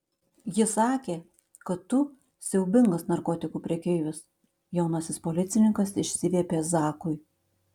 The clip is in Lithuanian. ji sakė kad tu siaubingas narkotikų prekeivis jaunasis policininkas išsiviepė zakui